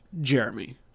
Jeremy